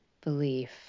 belief